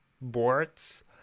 boards